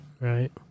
Right